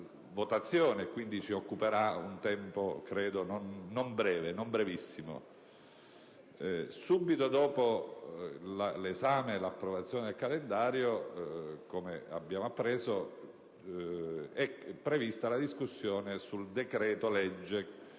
occuperà quindi per un tempo non brevissimo. Subito dopo l'esame e l'approvazione del calendario, come abbiamo appreso, è prevista la discussione del decreto-legge